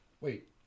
wait